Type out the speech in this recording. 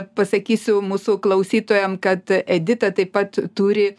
pasakysiu mūsų klausytojam kad edita taip pat turi